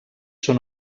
són